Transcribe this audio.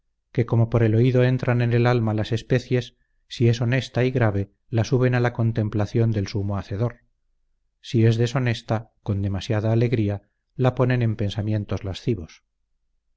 que como por el oído entran en el alma las especies si es honesta y grave la suben a la contemplación del sumo hacedor si es deshonesta con demasiada alegría la ponen en pensamientos lascivos